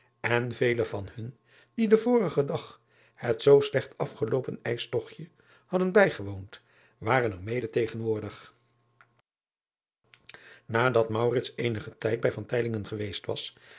en vele van hun die den vorigen dag het zoo slecht afgeloopen ijstogtje hadden bijgewoond waren er mede tegenwoordig adat eenigen tijd bij geweest was